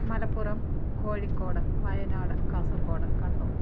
Malappuram Kozhikode Wayanad Kasaragod Kannur